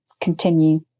continue